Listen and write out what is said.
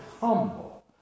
humble